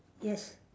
yes